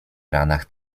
ranach